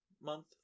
Month